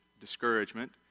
discouragement